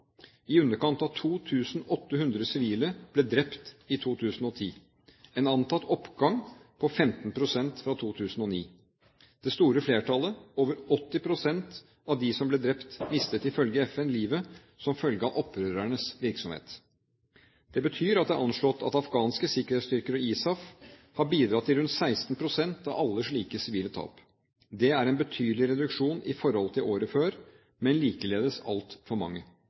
I underkant av 2 800 sivile ble drept i 2010, en antatt oppgang på 15 pst. fra 2009. Det store flertallet, over 80 pst., av dem som ble drept, mistet ifølge FN livet som følge av opprørernes virksomhet. Det er anslått at afghanske sikkerhetsstyrker og ISAF har bidratt til rundt 16 pst. av alle slike sivile tap. Det er en betydelig reduksjon i forhold til året før, men likeledes altfor mange.